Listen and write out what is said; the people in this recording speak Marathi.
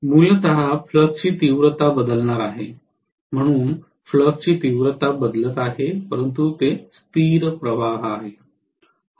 मूलतः फ्लक्स ची तीव्रता बदलणार आहे म्हणून फ्लक्स ची तीव्रता बदलत आहे परंतु ते स्थिर प्रवाह आहे